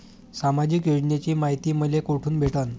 सामाजिक योजनेची मायती मले कोठून भेटनं?